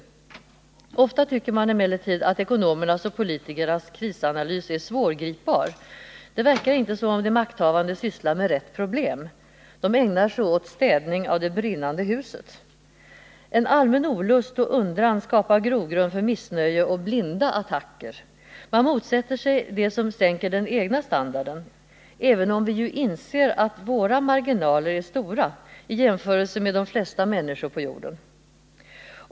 Ofta tycker man emellertid att ekonomernas och politikernas krisanalys är svårgripbar. Det verkar inte som om de makthavande sysslar med rätt problem. De ägnar sig åt städning av det brinnande huset. En allmän olust och undran skapar grogrund för missnöje och blinda attacker. Man motsätter sig det som sänker den egna standarden, även om vi ju inser att våra marginaler är stora, i jämförelse med de flesta människors på jorden.